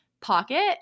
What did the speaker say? pocket